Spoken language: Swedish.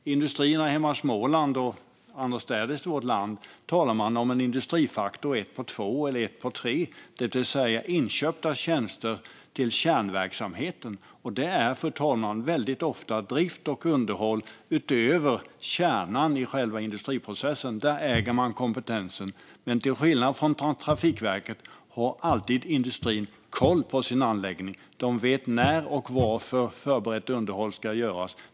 I industrierna hemma i Småland och annorstädes i vårt land talar man om en industrifaktor, ett på två eller ett på tre, det vill säga inköpta tjänster till kärnverksamheten. Och det är, fru talman, väldigt ofta drift och underhåll utöver kärnan i själva industriprocessen. Där äger man kompetensen. Men till skillnad från Trafikverket har industrin alltid koll på sin anläggning. De vet när och varför förberett underhåll ska göras.